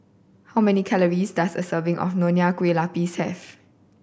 how many calories does a serving of Nonya Kueh Lapis have